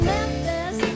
Memphis